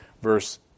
verse